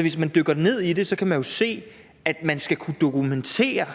Hvis man dykker ned i det, kan man jo se, at man skal kunne dokumentere,